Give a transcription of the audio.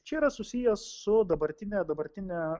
čia yra susiję su dabartine dabartine